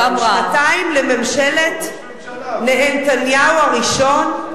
שנתיים לממשלת נהנתניהו הראשון,